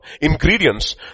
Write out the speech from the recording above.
ingredients